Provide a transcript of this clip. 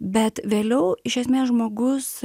bet vėliau iš esmė žmogus